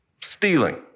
Stealing